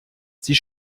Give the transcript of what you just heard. sie